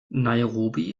nairobi